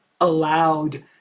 allowed